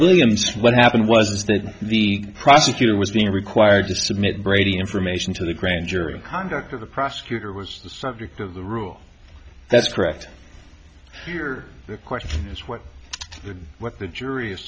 well what happened was that the prosecutor was being required to submit brady information to the grand jury and conduct of the prosecutor was the subject of the rule that's correct here the question is what would what the jury is